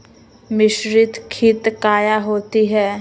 मिसरीत खित काया होती है?